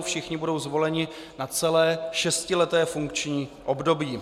Všichni budou zvoleni na celé šestileté funkční období.